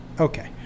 Okay